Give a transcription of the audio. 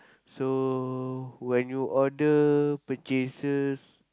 so when you order purchases